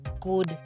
good